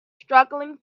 struggling